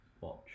Watch